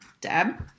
Deb